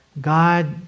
God